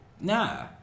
Nah